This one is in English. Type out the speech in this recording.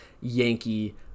Yankee